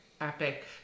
epic